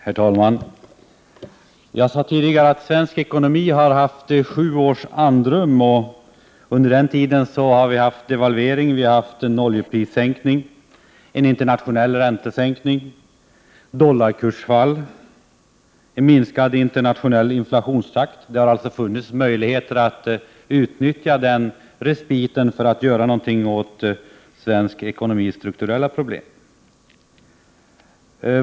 Herr talman! Jag sade tidigare att svensk ekonomi har haft sju års andrum. Under den tiden har vi upplevt devalvering, en oljeprissänkning, en internationell räntesänkning, dollarkursfall och en minskad internationell inflationstakt. Det har alltså funnits möjligheter att utnyttja denna respit för att göra någonting åt svensk ekonomis strukturella problem.